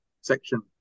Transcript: section